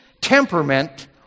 temperament